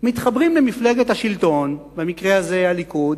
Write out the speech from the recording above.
מתחברים למפלגת השלטון, במקרה הזה הליכוד,